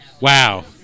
Wow